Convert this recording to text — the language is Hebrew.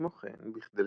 כמו כן, בכדי